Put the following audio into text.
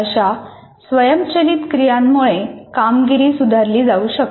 अशा स्वयंचलित क्रियांमुळे कामगिरी सुधारली जाऊ शकते